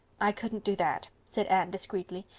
i couldn't do that, said anne discreetly,